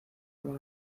como